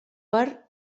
per